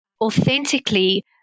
authentically